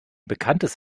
bekanntes